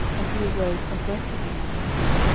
and he arose and went to eli, and said,